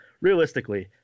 realistically